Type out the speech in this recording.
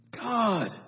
God